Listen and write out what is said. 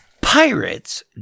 Pirates